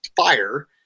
fire